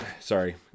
Sorry